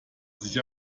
sich